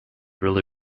really